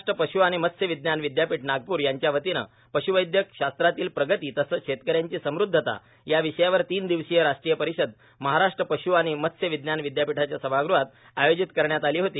महाराष्ट्र पश् व मत्स्य विज्ञान विद्यापीठ नागपूर यांच्या वतीने पशुवैद्यक शास्त्रातील प्रगती तसेच शेतकऱ्यांची समृध्दता या विषयावर तीन दिवसीय राष्ट्रीय परिषद महाराष्ट्र पश् व मत्स्य विज्ञान विद्यापीठाच्या सभागृहात आयोजित करण्यात आली होती